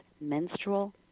menstrual